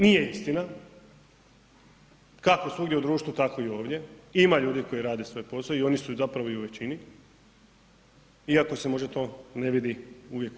Nije istina, tako svugdje u društvu tako i ovdje, ima ljudi koji rade svoj posao i oni su zapravo i u većini iako se to možda ne vidi uvijek u